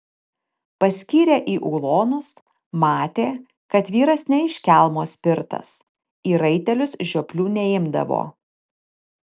paskyrė į ulonus matė kad vyras ne iš kelmo spirtas į raitelius žioplių neimdavo